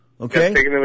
Okay